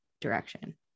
direction